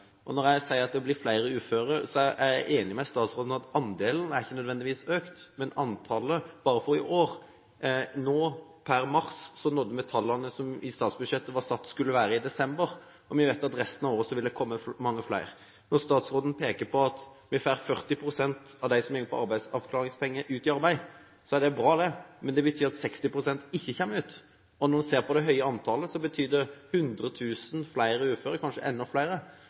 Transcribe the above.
for i år – per mars – har nådd de tallene som i statsbudsjettet var satt skulle være i desember, og vi vet at resten av året vil det komme til mange flere. Når statsråden peker på at vi får 40 pst. av dem som er på arbeidsavklaringspenger, ut i arbeid, er det bra, men det betyr at 60 pst. ikke kommer ut. Når vi ser på det høye antallet, betyr det 100 000 flere uføre, kanskje enda flere.